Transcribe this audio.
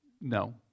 No